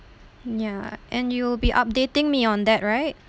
ya and you'll be updating me on that right